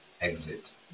exit